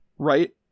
right